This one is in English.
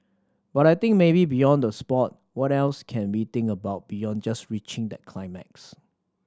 but I think maybe beyond the sport what else can we think about beyond just reaching that climax